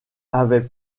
avait